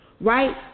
right